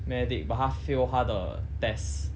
medic but 他 fail 他的 test oh shit